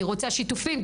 אני רוצה שיתופים,